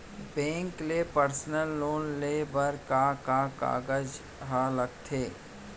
Bank ले personal loan लेये बर का का कागजात ह लगथे?